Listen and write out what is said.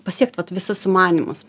pasiekt vat visus sumanymus